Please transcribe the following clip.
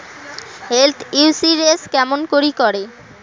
Health insurance কেমন করি করে?